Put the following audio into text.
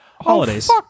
holidays